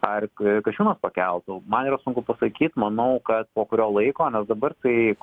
ar kasčiūnas pakeltų man yra sunku pasakyt manau kad po kurio laiko nes dabar tai